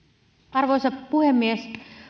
arvoisa puhemies